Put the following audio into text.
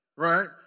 right